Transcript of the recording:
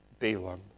Balaam